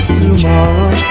tomorrow